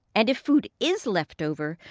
and if food is left over,